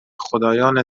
خدایان